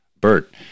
Bert